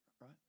right